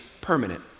permanent